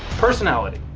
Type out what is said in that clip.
personality.